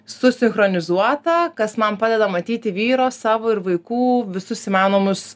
susinchronizuotą kas man padeda matyti vyro savo ir vaikų visus įmanomus